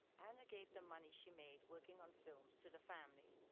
anna gave the money she made working on films to the family.